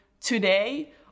today